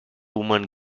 women